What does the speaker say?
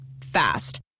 Fast